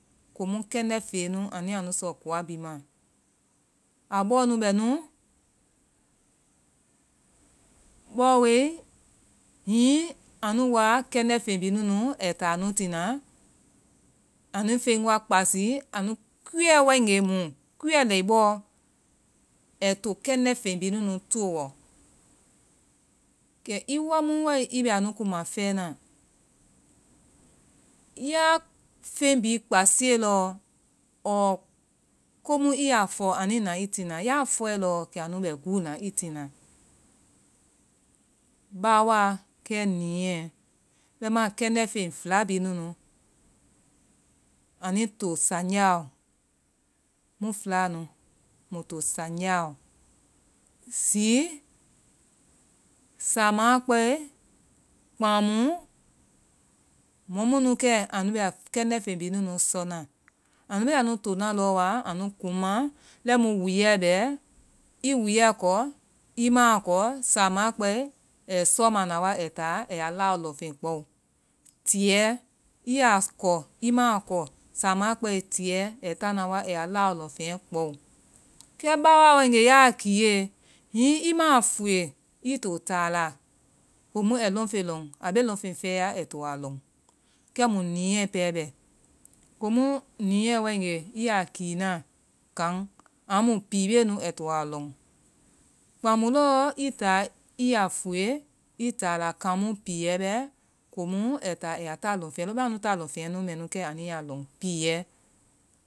Koumu kendɛ fey nunu anui yaa sɔ koa bihi ma. abɔɔ nu bɛ nu bɔɔ woi, hihi anu woa kɛndɛ feŋ bihi nunu anui taa nu tina, anifen wa kpasi, anu kuyɛ waegee mu. kuyɛ lɛ, bɔɔ, ai to kɛndɛ feŋ bihi nunu tooɔ. kɛ i wamu wae i bɛ anu kuma fɛɛna, yaa feŋ bihi kpasie lɔɔ, ɔɔ komu i yaa fɔ anui na i tina, yaa fɔe lɔɔ. anu bɛ guuna i tina baawaa kɛ niiɛ, bɛimaa kɛndɛ feŋ fɛla bihi nunu. anui to sanjaaɔ mu filaanu. nui to sanjaaɔ. zi saamaa kpɛe kpaŋmu mɔ munu kɛ anu bɛ kɛndɛ feŋ bihi nunu sɔna, anu bee anu tonaa lɔɔ wa anu kunma, lɛi mu wuuyɛ bɛ. i wuuyɛ kɔ, i maa kɔ, saama kpɛe, ai sɔɔma na wa ai taa aiyaa laa lɔŋfen kpao. tiyɛɛ i yaa kɔ, i maa kɔ, saamaa kpɛlee ai taana wa aiya laa lɔnfeŋɛ kpoao. kɛ baawaa waegee, yaa kiiyee, hihi i maa fue, i to taa la kɛmu ai to lɔnfen lɔn, a bee lɔn fen fɛɛya ai to a lɔŋ kɛmu niiɛ pɛɛ bɛ. komu niiyɛ waegee i yaa kilinaa, kan amu pii bee nu ai to a lɔŋ. kpaŋ mu lɔɔ i taa i yaa fue, i taa la kaamu piiyɛ bɛ komu ai taa aiya ta lɔnfeŋɛ lɔn. ŋbɛŋ anu ta lɔnfeŋɛ mɛnu kɛ anui yaa lɔn, piiyɛ.